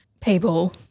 people